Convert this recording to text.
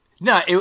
no